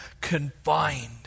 confined